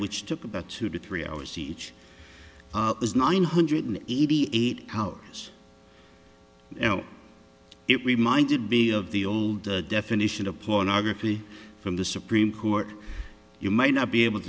which took about two to three hours each is nine hundred eighty eight hours you know it reminded me of the old definition of pornography from the supreme court you may not be able to